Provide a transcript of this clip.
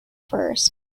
first